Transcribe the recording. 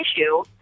issue